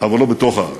אבל לא בתוך הארץ.